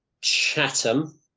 Chatham